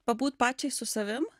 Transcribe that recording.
pabūt pačiai su savim